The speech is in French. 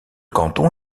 canton